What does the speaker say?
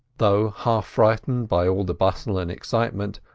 though half frightened by all the bustle and excitement,